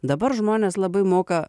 dabar žmonės labai moka